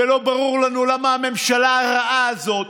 ולא ברור לנו למה הממשלה הרעה הזאת,